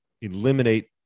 eliminate